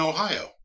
Ohio